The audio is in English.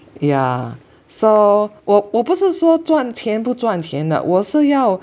yeah so 我我不是说赚钱不赚钱的我是要